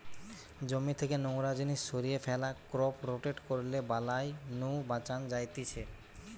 জমি থেকে নোংরা জিনিস সরিয়ে ফ্যালা, ক্রপ রোটেট করলে বালাই নু বাঁচান যায়তিছে